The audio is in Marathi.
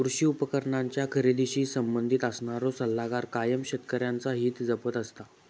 कृषी उपकरणांच्या खरेदीशी संबंधित असणारो सल्लागार कायम शेतकऱ्यांचा हित जपत असता